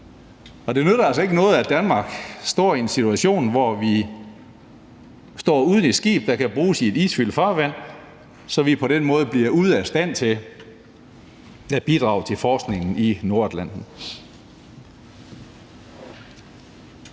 Og det nytter altså ikke noget, at Danmark står i en situation, hvor vi står uden et skib, der kan bruges i isfyldt farvand, så vi på den måde bliver ude af stand til at bidrage til forskningen i Nordatlanten.